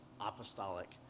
apostolic